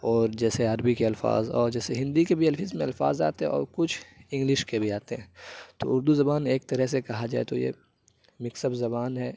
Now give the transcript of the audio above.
اور جیسے عربی کے الفاظ اور جیسے ہندی کے بھی الف اس میں الفاظ آتے ہیں اور کچھ انگلش کے بھی آتے ہیں تو اردو زبان ایک طرح سے کہا جائے تو یہ مکس اپ زبان ہے